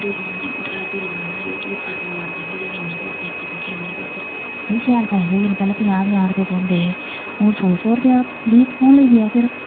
देई ओड़ने टेलरा ने तूं इक सलवार सिगी ते इन्ने पैसे इक देगे किन्ने पैसे मिगी शैल पैहे थोई जाने पैह्लें पंजाह् पंजाह् रपेऽ थ्होंदे हे हून सौ सौ रपेआ मी थ्होन लगी पेआ फिर